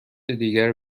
دیگر